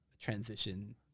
transition